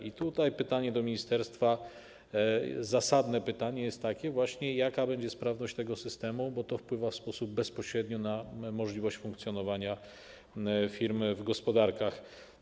I tutaj pytanie do ministerstwa, zasadne pytanie jest właśnie takie, jaka będzie sprawność tego systemu, bo to wpływa w sposób bezpośredni na możliwość funkcjonowania firmy w gospodarce.